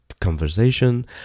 conversation